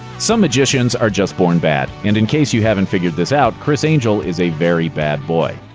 some magicians are just born bad. and in case you haven't figured this out criss angel is a very bad boy.